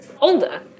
older